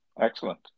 Excellent